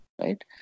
right